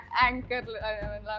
anchor